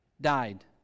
died